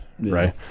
right